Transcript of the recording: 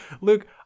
Luke